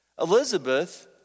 Elizabeth